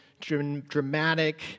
dramatic